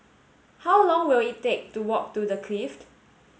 how long will it take to walk to The Clift